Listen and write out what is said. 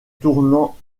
tournant